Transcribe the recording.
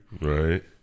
Right